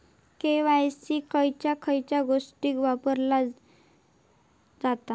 KYC खयच्या खयच्या गोष्टीत वापरला जाता?